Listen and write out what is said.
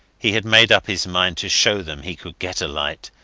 he had made up his mind to show them he could get a light,